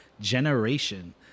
Generation